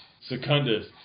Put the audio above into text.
Secundus